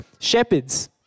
shepherds